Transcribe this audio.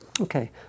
Okay